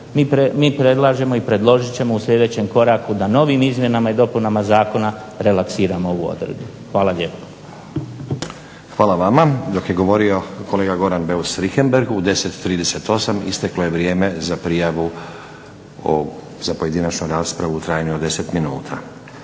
mi predlažemo i predložit ćemo u sljedećem koraku da novim izmjenama i dopunama zakona relaksiramo ovu odredbu. Hvala lijepa. **Stazić, Nenad (SDP)** Hvala vama. Dok je govorio kolega Goran Beus Richembergh u 10,38 isteklo je vrijeme za prijavu za pojedinačnu raspravu u trajanju od 10minuta.